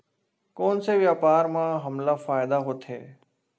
कोन से व्यापार म हमला फ़ायदा होथे?